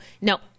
no